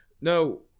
No